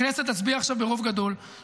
הכנסת תצביע עכשיו ברוב גדול.